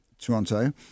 Toronto